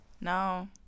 No